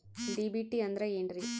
DBT ಅಂದ್ರ ಏನ್ರಿ?